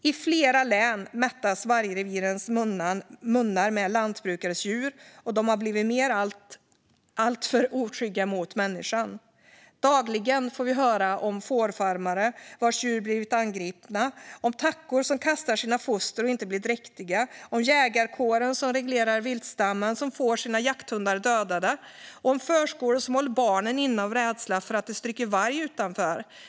I flera län mättas vargrevirens munnar med lantbrukares djur, och vargen har blivit alltmer oskygg för människan. Dagligen får vi höra om fårfarmare vars djur blivit angripna. Vi hör om tackor som kastar sina foster och inte blir dräktiga och om jägarkåren - som reglerar viltstammen - som får sina jakthundar dödade. Vi hör också om förskolor som håller barnen inne av rädsla för att varg stryker omkring utanför.